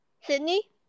Sydney